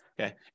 okay